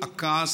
הכעס,